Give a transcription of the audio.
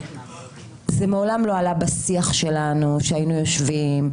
זה מעולם לא עלה בשיח שלנו כשהיינו יושבים,